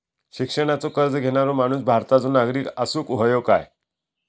शिक्षणाचो कर्ज घेणारो माणूस भारताचो नागरिक असूक हवो काय?